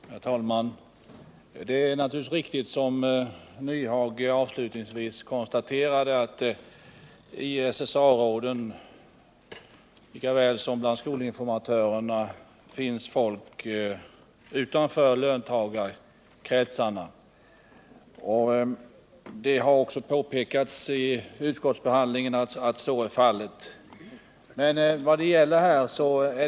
Herr talman! Det är naturligtvis riktigt, vilket Hans Nyhage avslutningsvis konstaterade, att det såväl i SSA-råden som bland skolinformatörerna finns personer utanför löntagarkretsarna. Vid utskottsbehandlingen har också påpekats att så är fallet.